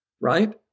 right